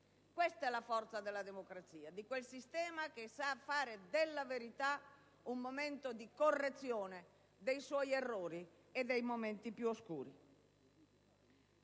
Questa è la forza della democrazia, di quel sistema che sa fare della verità un momento di correzione dei suoi errori e dei momenti più oscuri.